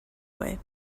way